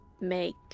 make